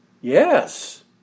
Yes